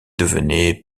devenait